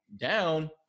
down